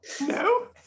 No